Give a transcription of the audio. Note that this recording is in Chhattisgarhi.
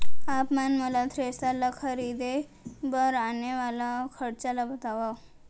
आप मन मोला थ्रेसर ल खरीदे बर आने वाला खरचा ल बतावव?